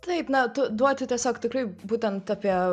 taip na tu duoti tiesiog tikrai būtent apie